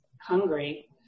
hungry